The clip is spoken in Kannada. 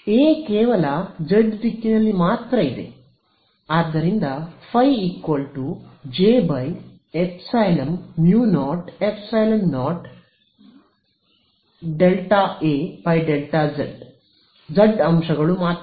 ಎ ಕೇವಲ ಜೆಡ್ ದಿಕ್ಕಿನಲ್ಲಿ ಮಾತ್ರ ಇದೆ ಆದ್ದರಿಂದ ϕ j ϵμ0ϵ0 ∂A ∂z z ಅಂಶಗಳು ಮಾತ್ರ